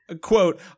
Quote